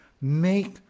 make